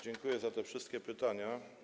Dziękuję za te wszystkie pytania.